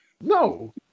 No